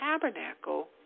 tabernacle